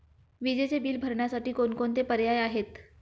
विजेचे बिल भरण्यासाठी कोणकोणते पर्याय आहेत?